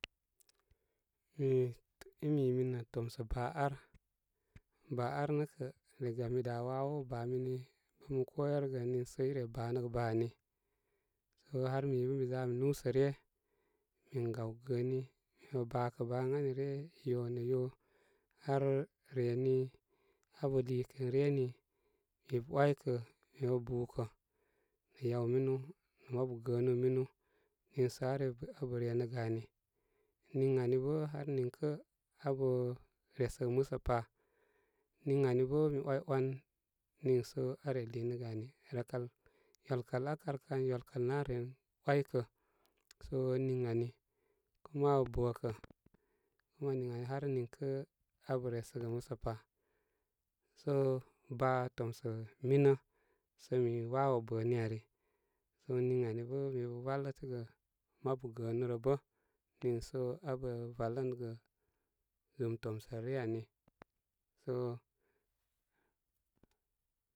Mi i mi mi nə tomsə baa ar baa ar nə kə, diga mi da waa wow, baamini pə mi koyerəgə niisə ire baa nəgə baa ani so har mi bə mi za mi nú sə ryə min gaw gəəni mi bə baa kə baa ən ani ryə yo nə yo har reni abə liikə ən re ni, mi bə waykə mi bə búkə nə yaw minu nə mabu gəənu minu niisə a re nəgə ani niŋ ani bə nin ani bə har niŋkə abə re səgə musə pa. Niŋ ani bə mi way wan niisə aa re liigə ani rəkal ywal kal aa karkan ywal kalnə aaren waykə. so niŋ ani kuma abə bə kə bə ən niŋ ani har niŋkə abə resəgə musəpa so baa tomsə minə somi wawo bəni ari sə niŋ ani bə, mi bə valətəgə mabu gəənu rə bə niŋsə abə valənəgə zum tomsə ryə ani so.